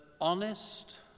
honest